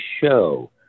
show